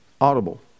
Audible